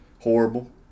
Horrible